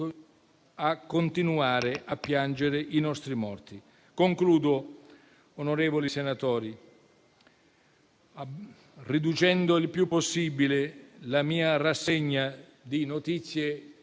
a continuare a piangere i nostri morti. Concludo, onorevoli senatori, riducendo il più possibile la mia rassegna di notizie,